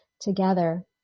together